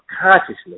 consciousness